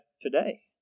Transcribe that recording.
today